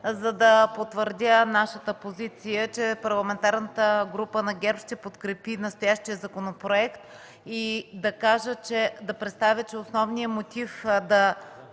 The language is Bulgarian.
за да потвърдя нашата позиция, че Парламентарната група на ГЕРБ ще подкрепи настоящия законопроект. Основният мотив да